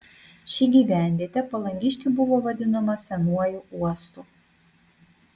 ši gyvenvietė palangiškių buvo vadinama senuoju uostu